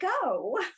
go